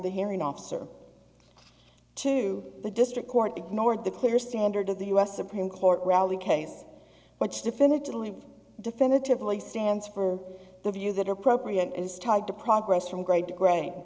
the hearing officer to the district court ignored the clear standard of the u s supreme court rally case which definitively definitively stands for the view that appropriate is tied to progress from grade to grade